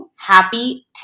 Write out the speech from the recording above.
Happy